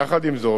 יחד עם זאת,